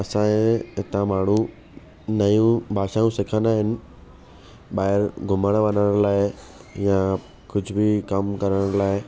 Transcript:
असांजे हितां माण्हू नयूं भाषाऊं सिखंदा आहिनि ॿाहिरि घुमण वञण लाइ या कुझु बि कमु करण लाइ